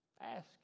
Ask